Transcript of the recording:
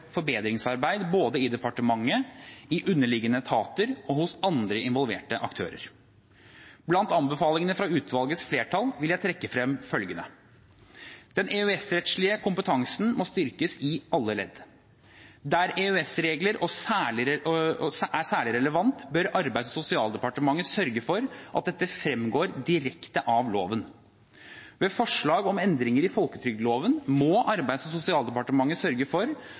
forbedringsarbeid både i departementet, i underliggende etater og hos andre involverte aktører. Blant anbefalingene fra utvalgets flertall vil jeg trekke frem følgende: Den EØS-rettslige kompetansen må styrkes i alle ledd. Der EØS-regler er særlig relevante, bør Arbeids- og sosialdepartementet sørge for at dette fremgår direkte av loven. Ved forslag om endringer i folketrygdloven må Arbeids- og sosialdepartementet sørge for